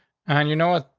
and you know what?